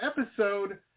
episode